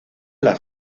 las